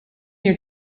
your